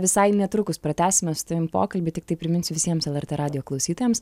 visai netrukus pratęsime su tavim pokalbį tiktai priminsiu visiems lrt radijo klausytojams